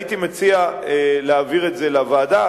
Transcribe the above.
הייתי מציע להעביר את זה לוועדה.